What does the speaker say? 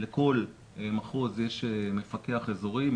לכל מחוז יש מפקח אזורי,